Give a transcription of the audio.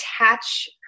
attach